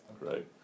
right